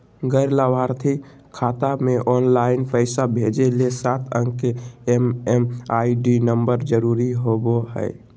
गैर लाभार्थी खाता मे ऑनलाइन पैसा भेजे ले सात अंक के एम.एम.आई.डी नम्बर जरूरी होबय हय